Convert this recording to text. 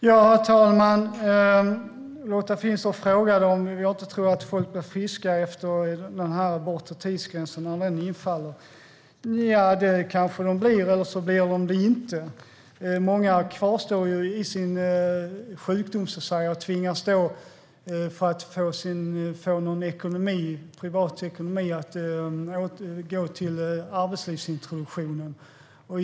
Herr talman! Lotta Finstorp frågade om jag inte tror att folk blir friska efter det att den bortre tidsgränsen infaller. Nja, det kanske de blir, eller så blir de det inte. Många kvarstår i sin sjukdom och tvingas att gå till arbetslivsintroduktionen för att få någon privat ekonomi.